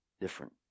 different